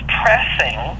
pressing